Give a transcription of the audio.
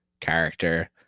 character